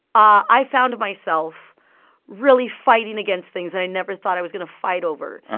ah i found myself really fighting against things that i never thought i was going to fight over.